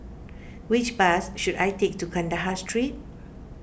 which bus should I take to Kandahar Street